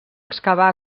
excavar